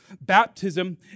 Baptism